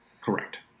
Correct